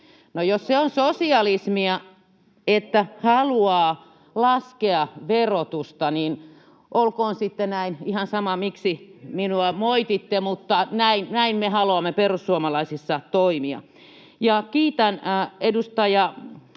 jos se on sosialismia, että haluaa laskea verotusta, niin olkoon sitten näin. Ihan sama, miksi minua moititte, mutta näin me haluamme perussuomalaisissa toimia. Kiitän edustaja